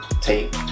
take